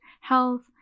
health